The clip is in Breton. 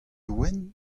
wenn